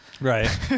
Right